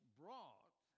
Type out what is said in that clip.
brought